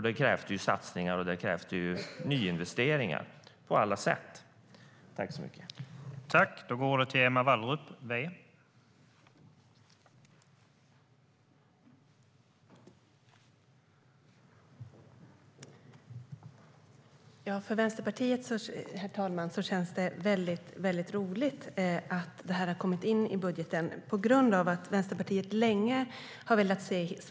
Det kräver satsningar och nyinvesteringar på alla sätt.